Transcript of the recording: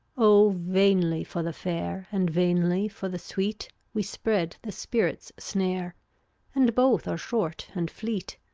oh, vainly for the fair and vainly for the sweet, we spread the spirit's snare and both are short and fleet.